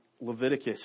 Leviticus